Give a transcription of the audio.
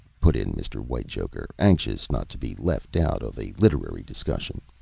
put in mr. whitechoker, anxious not to be left out of a literary discussion.